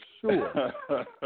sure